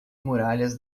muralhas